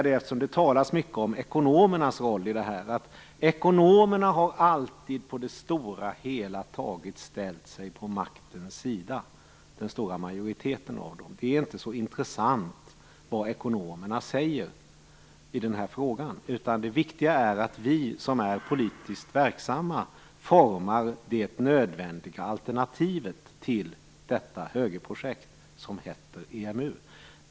Eftersom det talas mycket om ekonomernas roll i detta, vill jag samtidigt säga att den stora majoriteten av ekonomerna alltid har ställt sig på maktens sida på det stora hela. Det är inte så intressant vad ekonomerna säger i den här frågan. Det viktiga är att vi som är politiskt verksamma formar det nödvändiga alternativet till det högerprojekt som heter EMU.